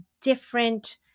different